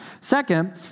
Second